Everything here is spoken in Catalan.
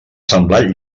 semblat